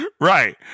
Right